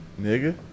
Nigga